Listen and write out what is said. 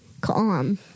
calm